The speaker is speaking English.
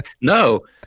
No